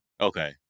Okay